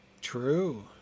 true